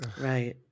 right